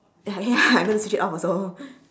ya ya I'm gonna switch it off also